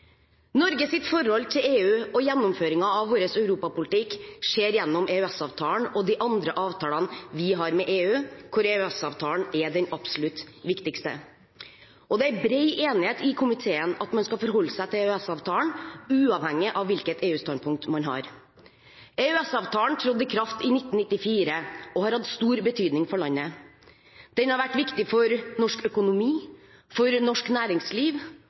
forhold til EU og gjennomføringen av vår europapolitikk skjer gjennom EØS-avtalen og de andre avtalene vi har med EU, hvor EØS-avtalen er den absolutt viktigste. Det er en bred enighet i komiteen om at man skal forholde seg til EØS-avtalen uavhengig av hvilket EU-standpunkt man har. EØS-avtalen trådte i kraft i 1994 og har hatt stor betydning for landet. Den har vært viktig for norsk økonomi, for norsk næringsliv